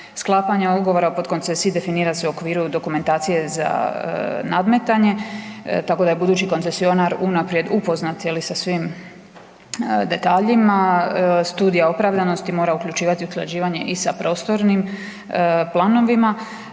sklapanje ugovora podkoncesije definira se u okviru dokumentacije za nadmetanje tako da je budući koncesionar unaprijed upoznat sa svim detaljima, studija opravdanosti mora uključivati usklađivanje i sa prostornim planovima,